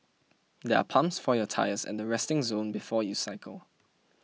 there are pumps for your tyres at the resting zone before you cycle